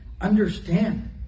understand